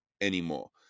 anymore